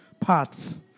parts